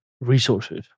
resources